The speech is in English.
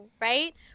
right